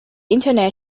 internet